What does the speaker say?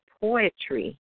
poetry